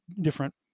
different